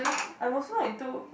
I'm also into